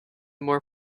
more